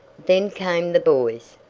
then came the boys,